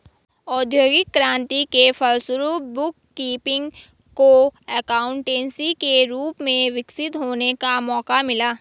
औद्योगिक क्रांति के फलस्वरूप बुक कीपिंग को एकाउंटेंसी के रूप में विकसित होने का मौका मिला